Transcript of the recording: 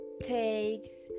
takes